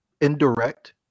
indirect